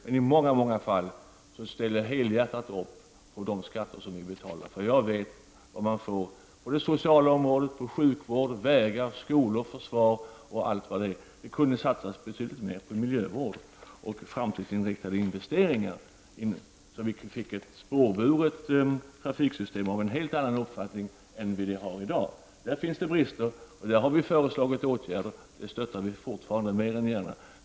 Men i många många fall ställer jag helhjärtat upp på de skatter som vi betalar. Jag vet vad vi får på det sociala området — sjukvård, vägar, skolor, försvar och allt annat. Men det kunde satsas betydligt mer på miljövård och framtidsinriktade investeringar, så att vi får ett spårburet trafiksystem av en helt annan omfattning än det vi har i dag. Där finns det brister, och vi i miljöpartiet har föreslagit åtgärder. Sådana åtgärder stöttar vi fortfarande mer än gärna.